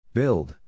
Build